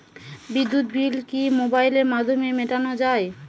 বিদ্যুৎ বিল কি মোবাইলের মাধ্যমে মেটানো য়ায়?